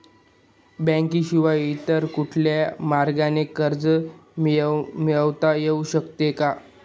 बँकेशिवाय इतर कुठल्या मार्गाने कर्ज मिळविता येऊ शकते का?